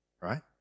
right